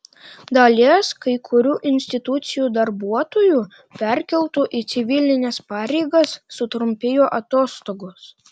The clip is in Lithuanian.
dalies kai kurių institucijų darbuotojų perkeltų į civilines pareigas sutrumpėjo atostogos